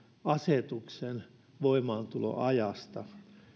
asetuksen voimaantuloajasta